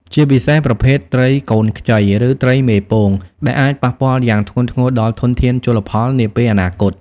ជាពិសេសប្រភេទត្រីកូនខ្ចី ឬត្រីមេពង ដែលអាចប៉ះពាល់យ៉ាងធ្ងន់ធ្ងរដល់ធនធានជលផលនាពេលអនាគត។